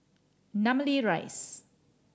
Namly Rise